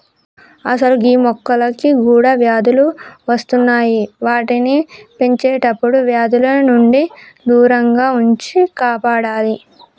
అసలు గీ మొక్కలకి కూడా వ్యాధులు అస్తున్నాయి వాటిని పెంచేటప్పుడు వ్యాధుల నుండి దూరంగా ఉంచి కాపాడాలి